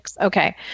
Okay